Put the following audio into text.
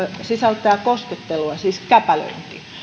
sisältää koskettelua siis käpälöinti